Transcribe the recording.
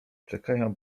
czekają